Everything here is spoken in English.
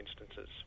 instances